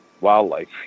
wildlife